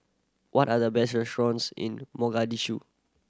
what are the best restaurants in Mogadishu